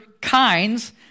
kind's